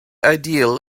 ideal